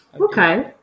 Okay